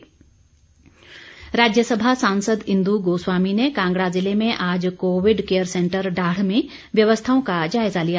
जायजा राज्यसभा सांसद इंदु गोस्वामी ने कांगड़ा ज़िले में आज कोविड केयर सेंटर डाढ़ में व्यवस्थाओं का जायजा लिया